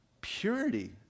purity